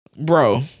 Bro